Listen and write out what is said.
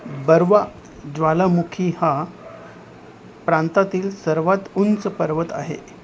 बर्वा ज्वालामुखी हा प्रांतातील सर्वात उंच पर्वत आहे